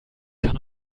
kann